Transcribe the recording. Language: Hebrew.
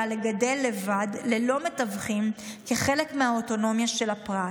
לגדל לבד ללא מתווכים כחלק מהאוטונומיה של הפרט,